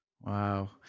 wow